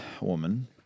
woman